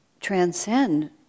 transcend